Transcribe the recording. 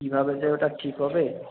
কীভাবে যে ওটা ঠিক হবে